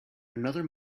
another